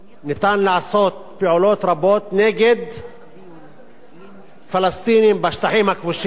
ניתן לעשות פעולות רבות נגד פלסטינים בשטחים הכבושים,